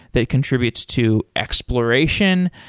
that contributes to exploration,